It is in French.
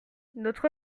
notre